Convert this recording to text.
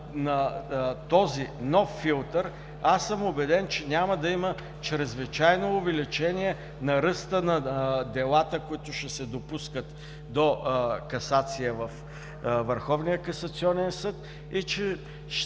на този нов филтър, аз съм убеден, че няма да има чрезвичайно увеличение на ръста на делата, които ще се допускат до касация във